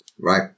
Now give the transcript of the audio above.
Right